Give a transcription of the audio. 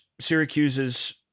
Syracuse's